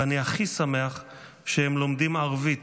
ואני הכי שמח שהם לומדים ערבית,